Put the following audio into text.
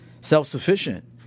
self-sufficient